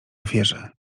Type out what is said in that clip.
ofierze